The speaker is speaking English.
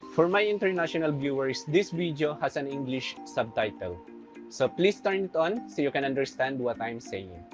for my international viewers, this video has and english subtitle so please turn it on so you can understand what i'm saying.